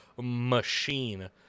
machine